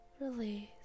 Release